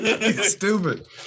Stupid